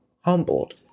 humbled